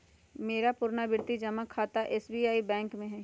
मेरा पुरनावृति जमा खता एस.बी.आई बैंक में हइ